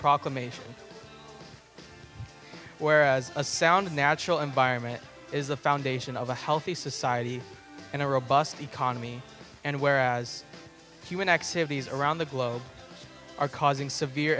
proclamation whereas a sound natural environment is the foundation of a healthy society and a robust economy and whereas human activities around the globe are causing severe